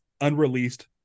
unreleased